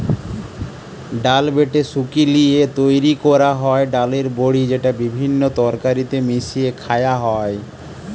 ডাল বেটে শুকি লিয়ে তৈরি কোরা হয় ডালের বড়ি যেটা বিভিন্ন তরকারিতে মিশিয়ে খায়া হয়